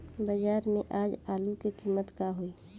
बाजार में आज आलू के कीमत का होई?